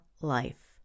life